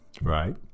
right